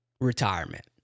retirement